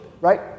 Right